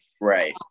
Right